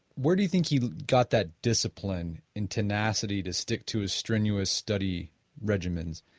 where do you think he got that discipline and tenacity to stick to a strenuous study regimens?